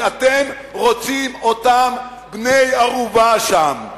כי אתם רוצים אותם בני-ערובה שם.